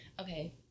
Okay